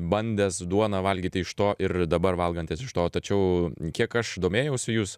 bandęs duoną valgyti iš to ir dabar valgantis iš to tačiau kiek aš domėjausi jūs